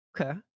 Okay